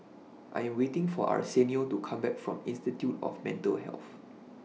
I Am waiting For Arsenio to Come Back from Institute of Mental Health